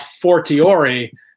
fortiori